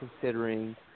considering